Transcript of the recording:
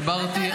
דיברתי,